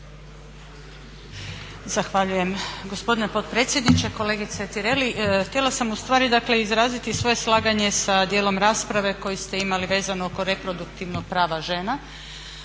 Zahvaljujem gospodine potpredsjedniče. Kolegice Tireli, htjela sam izraziti svoje slaganje sa dijelom rasprave koju ste imali vezano oko reproduktivnog prava žena